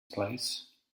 place